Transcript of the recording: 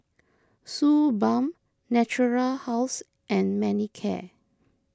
Suu Balm Natura House and Manicare